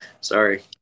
Sorry